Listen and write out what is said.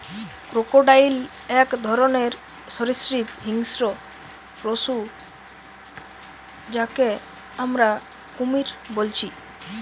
crocodile এক ধরণের সরীসৃপ হিংস্র পশু যাকে আমরা কুমির বলছি